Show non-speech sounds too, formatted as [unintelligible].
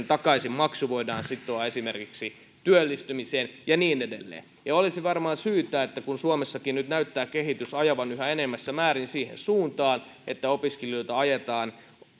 [unintelligible] takaisinmaksu voidaan sitoa esimerkiksi työllistymiseen ja niin edelleen ja olisi varmaan syytä kun suomessakin nyt näyttää kehitys ajavan yhä enenevässä määrin siihen suuntaan että opiskelijoita ajetaan